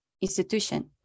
institution